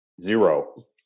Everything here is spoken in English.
Zero